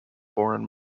foreign